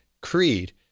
creed